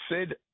Sid